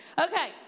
Okay